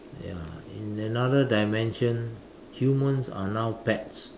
ya in another dimension humans are now pets